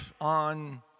on